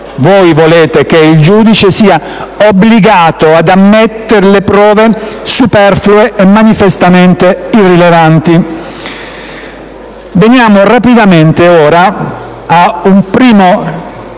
voi volete che il giudice sia obbligato ad ammettere le prove manifestamente superflue o irrilevanti. Veniamo rapidamente ora a un primo